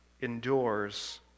endures